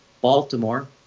Baltimore